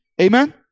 Amen